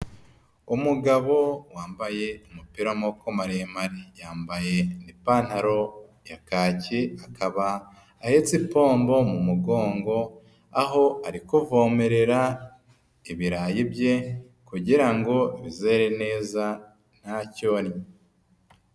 Umugabo wambaye umupira w'amaboko maremare. Yambaye ipantaro ya kaki akaba ahetse pombo mu mugongo, aho ari kuvomerera ibirayi bye kugira ngo bizere neza nta cyonnyi.